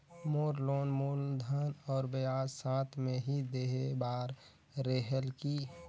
मोर loan मूलधन और ब्याज साथ मे ही देहे बार रेहेल की?